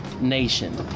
Nation